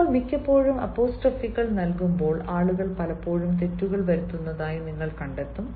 ഇപ്പോൾ മിക്കപ്പോഴും അപ്പോസ്ട്രോഫികൾ നൽകുമ്പോൾ ആളുകൾ പലപ്പോഴും തെറ്റുകൾ വരുത്തുന്നതായി നിങ്ങൾ കണ്ടെത്തും